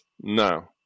no